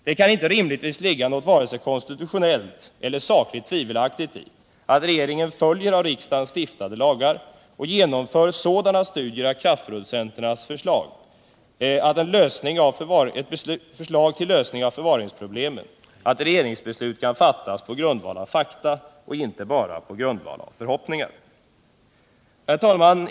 Det kan rimligtvis inte ligga något vare sig konstitutionellt eller sakligt tvivelaktigt i att regeringen följer av riksdagen stiftade lagar och genomför sådana studier av kraftproducenternas förslag till lösning av förvaringsproblemen att regeringens beslut kan fattas på grundval av fakta och inte bara på grundval av förhoppningar. Herr talman!